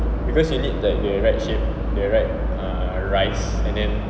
because you need like the right shape the right uh rise and then